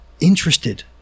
interested